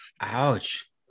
Ouch